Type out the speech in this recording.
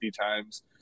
times